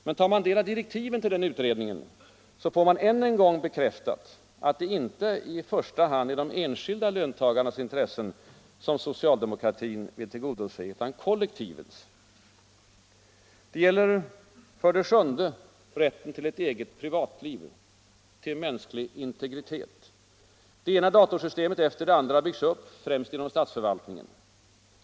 Men tar man del av direktiven, får man än en gång bekräftat att det inte främst är de enskilda löntagarnas intressen socialdemokratin vill tillgodose utan kollektivens. 7. Det gäller rätten till eget privatliv, till mänsklig integritet. Det ena datorsystemet efter det andra byggs upp, främst inom statsförvaltningen.